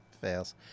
Fails